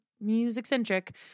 music-centric